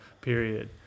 period